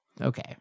okay